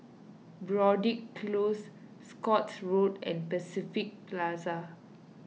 Broadrick Close Scotts Road and Pacific Plaza